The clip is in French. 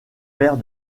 vers